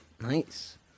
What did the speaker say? Nice